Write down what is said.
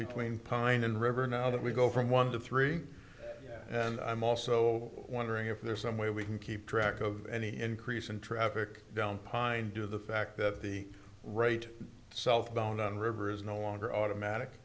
between pine and river now that we go from one to three and i'm also wondering if there's some way we can keep track of any increase in traffic down pine do the fact that the right southbound on river is no longer automatic